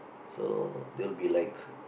so they'll be like